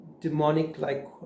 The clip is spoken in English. demonic-like